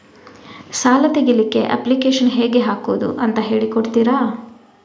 ಸಾಲ ತೆಗಿಲಿಕ್ಕೆ ಅಪ್ಲಿಕೇಶನ್ ಹೇಗೆ ಹಾಕುದು ಅಂತ ಹೇಳಿಕೊಡ್ತೀರಾ?